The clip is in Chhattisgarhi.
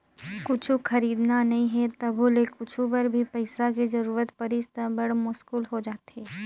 कुछु खरीदना नइ हे तभो ले कुछु बर भी पइसा के जरूरत परिस त बड़ मुस्कुल हो जाथे